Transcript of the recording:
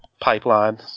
pipeline